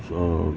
so